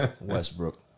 Westbrook